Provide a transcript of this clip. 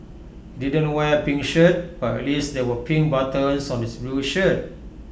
he didn't wear A pink shirt but at least there were pink buttons on his blue shirt